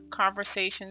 Conversations